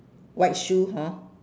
white shoe hor